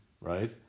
right